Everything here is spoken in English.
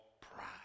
pride